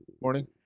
Morning